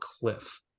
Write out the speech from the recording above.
cliff